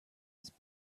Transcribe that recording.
was